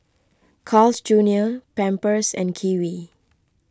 Carl's Junior Pampers and Kiwi